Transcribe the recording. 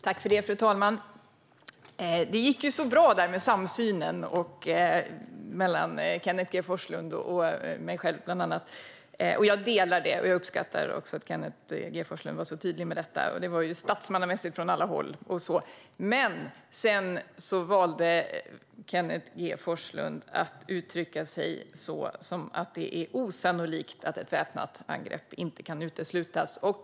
Fru talman! Det gick så bra med samsynen mellan Kenneth G Forslund och bland andra mig själv. Jag delar den, och jag uppskattar också att Kenneth G Forslund var så tydlig med detta. Det var statsmannamässigt från alla håll. Men sedan valde Kenneth G Forslund att uttrycka sig som att det är osannolikt att ett väpnat angrepp inte kan uteslutas.